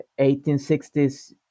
1860s